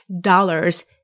dollars